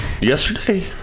yesterday